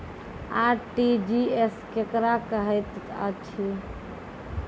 RTGS केकरा कहैत अछि?